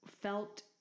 felt